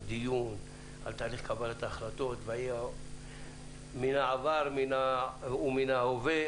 עם דיון על תהליך קבלת ההחלטות מן העבר ומן ההווה,